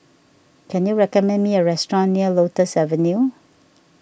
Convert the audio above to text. can you recommend me a restaurant near Lotus Avenue